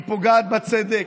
פוגעת בצדק,